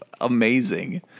amazing